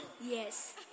Yes